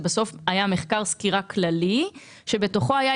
זה בסוף היה מחקר סקירה כללי בתוכו הייתה